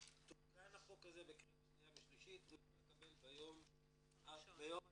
ותוקן החוק הזה בקריאה שניה ושלישית והוא יכול לקבל דרכון ביום הגעתו.